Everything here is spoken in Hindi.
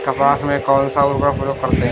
कपास में कौनसा उर्वरक प्रयोग करते हैं?